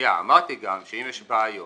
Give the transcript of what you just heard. אמרתי גם שאם יש בעיות